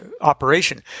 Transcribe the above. operation